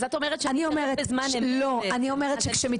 אז את אומרת שאני מסתכלת בזמן אמת בעצם --- לא,